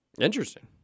Interesting